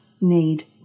need